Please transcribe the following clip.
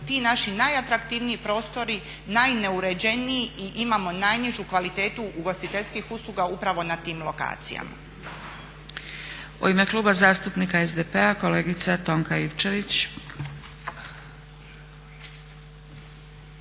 ti naši najatraktivniji prostori najneuređeniji i imamo najnižu kvalitetu ugostiteljskih usluga upravo na tim lokacijama.